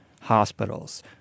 hospitals